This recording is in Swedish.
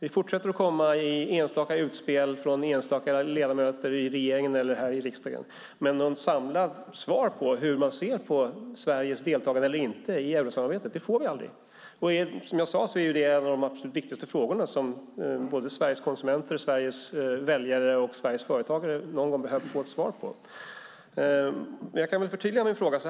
Ni fortsätter att komma med enstaka utspel från enstaka ledamöter i regeringen eller här i riksdagen, men något samlat svar på hur man ser på Sveriges deltagande eller inte i eurosamarbetet får vi aldrig. Som jag sade är det en av de absolut viktigaste frågor som Sveriges konsumenter, väljare och företagare någon gång behöver få ett svar på. Jag kan förtydliga min fråga.